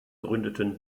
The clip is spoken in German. gründeten